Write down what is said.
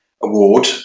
Award